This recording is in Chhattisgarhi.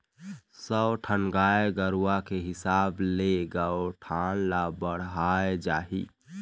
सौ ठन गाय गरूवा के हिसाब ले गौठान ल बड़हाय जाही